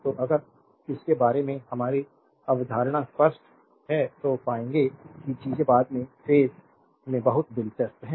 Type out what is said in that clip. तो अगर इसके बारे में हमारी अवधारणा स्पष्ट है तो पाएंगे कि चीजें बाद के फेज में बहुत दिलचस्प हैं